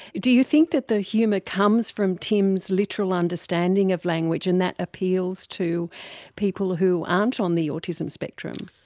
do you think that the humour comes from tim's literal understanding of language and that appeals to people who aren't on the autism spectrum?